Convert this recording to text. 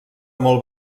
molt